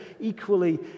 equally